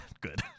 good